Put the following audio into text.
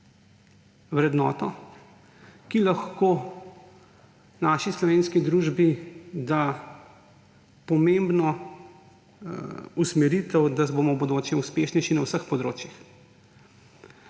vrednoto, ki lahko naši slovenski družbi da pomembno usmeritev, da bomo v bodoče uspešnejši na vseh področjih.